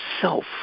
self